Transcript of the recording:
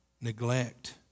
Neglect